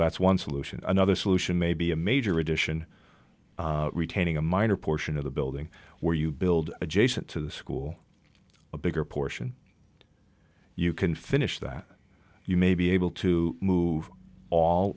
that's one solution another solution may be a major addition retaining a minor portion of the building where you build adjacent to the school a bigger portion you can finish that you may be able to move all